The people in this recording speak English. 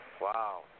Wow